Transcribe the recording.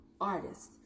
artists